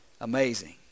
Amazing